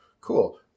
cool